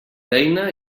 feina